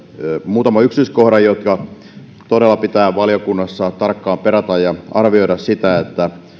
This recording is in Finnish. muutaman yksityiskohdan jotka todella pitää valiokunnassa tarkkaan perata ja pitää arvioida sitä